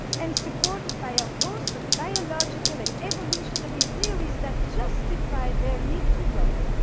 and supported by a host of biological and evolutionary theories that justified their need to roam,